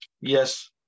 Yes